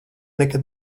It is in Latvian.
nekad